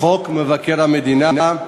לחוק מבקר המדינה,